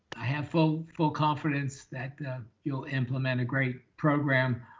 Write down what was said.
i have full full confidence that you'll implement a great program,